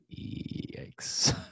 Yikes